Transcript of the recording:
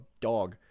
dog